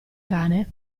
cane